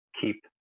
keep